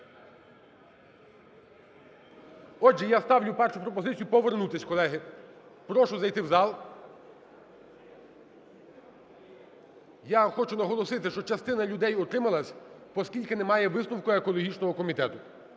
Отже, я ставлю першу пропозицію повернутись, колеги. Прошу зайти в зал. Я хочу наголосити, що частина людей утрималась, оскільки немає висновку екологічного комітету.